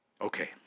Okay